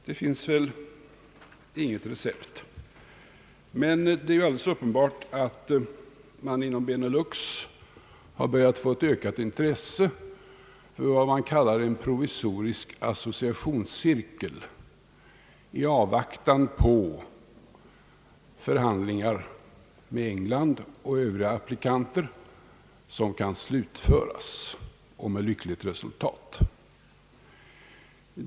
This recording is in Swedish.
Det finns väl inget recept, men det är alldeles uppenbart att man inom Benelux har börjat få ett ökat intresse för vad man kallar en provisorisk associationscirkel i avvaktan på förhandlingar med England och övriga applikanter som kan slutföras och med lyckligt resultat.